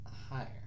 higher